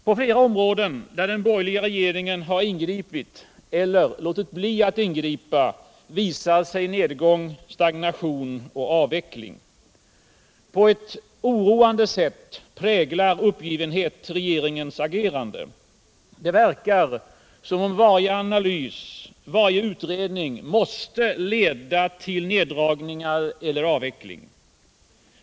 På flera områden där den borgerliga regeringen har ingripit — eller låtit bli att ingripa — visar sig nedgång, stagnation och avveckling. På ett oroande sätt präglar uppgivenhet regeringens agerande. Det verkar som om varje analys, varje utredning måste leda till neddragningar eller avveckling.